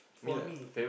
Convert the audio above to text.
for me